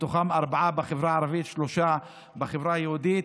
מתוכם ארבעה בחברה הערבית ושלושה בחברה היהודית.